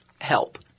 help